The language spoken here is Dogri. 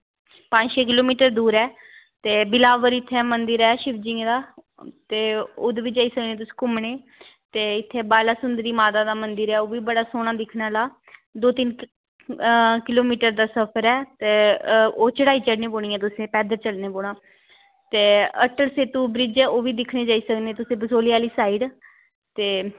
पंज छे किलोमीटर दूर ऐ ते बिलावर इत्थें मंदर ऐ शिव जी दा ते उद्धर बी जाई सकने तुस घुम्मनै ई ते इत्थें बाला सुंदरी माता दा मंदर ऐ दिक्खने आह्ला ओह्बी बड़ा सोह्ना ऐ दो तीन किलोमीटर दा सफर ऐ ते ओह् चढ़ाई चढ़नी पौनी ऐ पैदल चलना पौना ते अटल सेतू ब्रिज ऐ ओह्बी दिकखनै ई जाई सकने तुस ओह् बसोह्ली आह्ली साईड ऐ ते